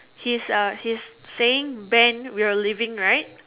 his uh his saying ben we're leaving right